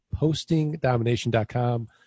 postingdomination.com